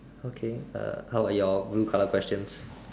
okay uh how about your blue color questions